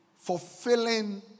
fulfilling